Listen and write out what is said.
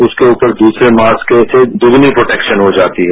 उसके ऊपर द्रसरे मास्क से दोगुनी प्रोटेक्शन हो जाती है